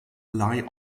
lie